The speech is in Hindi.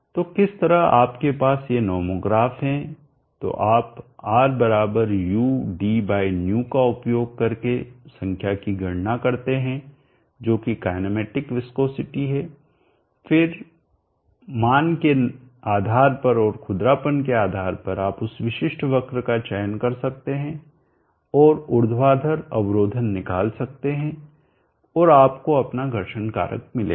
तो किस तरह आपके पास ये नोमोग्राफ हैं तो आप Rudυ का उपयोग करके संख्या की गणना करते हैं जो कि काइनेमैटिक विस्कोसिटी है फिर मान के आधार पर और खुरदरापन के आधार पर आप उस विशिष्ट वक्र का चयन कर सकते हैं और ऊर्ध्वाधर अवरोधन निकाल सकते हैं और आपको अपना घर्षण कारक मिलेगा